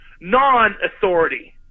non-authority